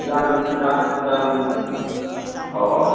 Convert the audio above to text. दानं दान दानम् ओहो